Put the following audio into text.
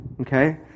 Okay